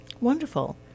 Wonderful